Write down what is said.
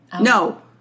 No